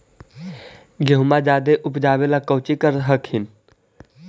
गेहुमा जायदे उपजाबे ला कौची कर हखिन?